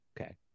Okay